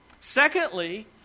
Secondly